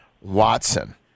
Watson